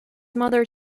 mother